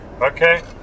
Okay